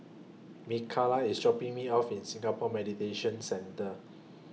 Mikala IS dropping Me off in Singapore Mediation Centre